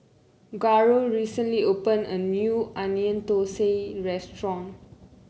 Garold recently opened a new Onion Thosai Restaurant